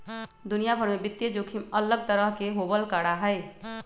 दुनिया भर में वित्तीय जोखिम अलग तरह के होबल करा हई